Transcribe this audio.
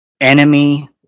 enemy